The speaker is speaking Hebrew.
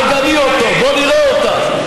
תגני אותו, בואי נראה אותך.